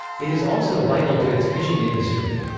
it is also vital to its fishing industry.